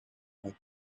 like